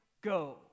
go